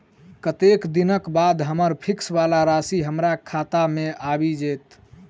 कत्तेक दिनक बाद हम्मर फिक्स वला राशि हमरा खाता मे आबि जैत?